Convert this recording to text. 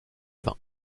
vin